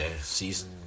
season